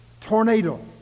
tornado